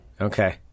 Okay